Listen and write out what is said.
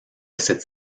cette